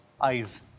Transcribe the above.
Eyes